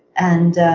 and